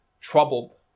Troubled